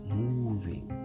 moving